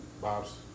Bob's